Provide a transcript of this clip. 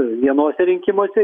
vienose rinkimuose